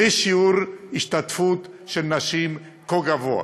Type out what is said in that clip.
ושיעור השתתפות של נשים כה גבוה.